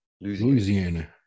Louisiana